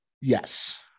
Yes